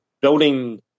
building